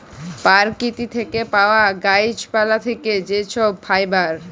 পরকিতি থ্যাকে পাউয়া গাহাচ পালা থ্যাকে যে ছব ফাইবার